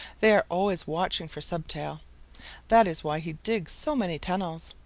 they are always watching for stubtail. that is why he digs so many tunnels.